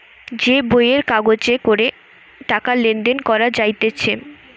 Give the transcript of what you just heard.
যে বইয়ের কাগজে করে টাকা লেনদেন করা যাইতেছে